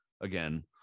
again